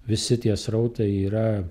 visi tie srautai yra